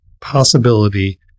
possibility